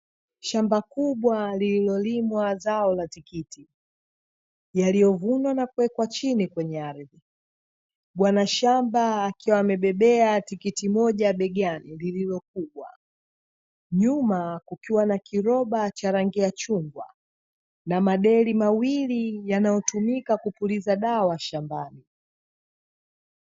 Shamba kubwa lililolimwa zao la tikiti yaliyovunwa na kuwekwa chini kwenye ardhi. Bwana shamba akiwa amebebea tikiti moja begani lililokubwa. Nyuma kukiwa na kiroba cha rangi ya chungwa na madeli mawili yanayotumika kupuliza dawa shambani.